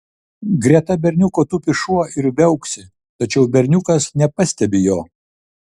greta berniuko tupi šuo ir viauksi tačiau berniukas nepastebi jo